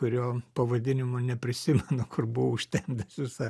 kurio pavadinimo neprisimenu kur buvo užtemdęs visą